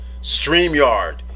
StreamYard